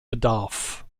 bedarf